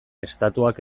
estatuak